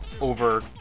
over